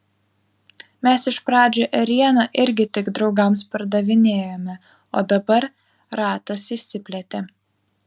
mes iš pradžių ėrieną irgi tik draugams pardavinėjome o dabar ratas išsiplėtė